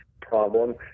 problem